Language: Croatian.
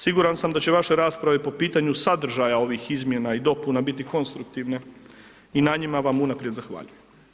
Siguran sam da će vaše rasprave po pitanju sadržaja ovih izmjena i dopuna biti konstruktivne i na njima vam unaprijed zahvaljujem.